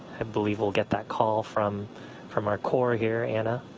i believe we'll get that call from from our core here, anna,